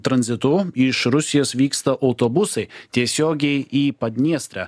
tranzitu iš rusijos vyksta autobusai tiesiogiai į padniestrę